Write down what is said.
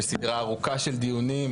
בסדרה ארוכה של דיונים,